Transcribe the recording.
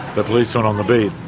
the policeman on the beat,